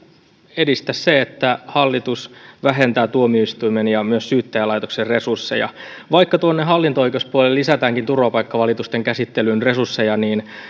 edistä se että hallitus vähentää tuomioistuimien ja myös syyttäjälaitoksen resursseja vaikka hallinto oikeuspuolelle lisätäänkin turvapaikkavalitusten käsittelyyn resursseja niin